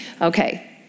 Okay